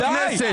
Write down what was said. די,